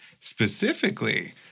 Specifically